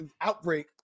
Outbreak